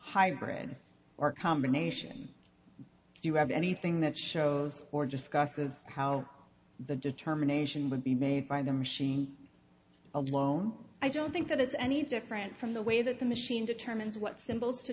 hybrid or combination if you have anything that shows or discusses how the determination would be made by the machine alone i don't think that it's any different from the way that the machine determines what symbols to